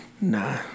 Nah